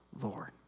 Lord